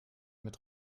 mit